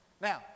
Now